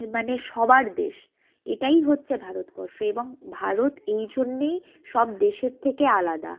মানে সবার দেশ এটাই হচ্ছে ভারতবর্ষ এবং ভারত এই জন্যেই সব দেশের থেকে আলাদা